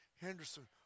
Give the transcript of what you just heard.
Henderson